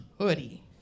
hoodie